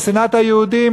משנאת היהודים,